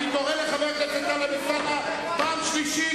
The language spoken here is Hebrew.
אני קורא את חבר הכנסת טלב אלסאנע פעם שלישית.